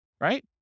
right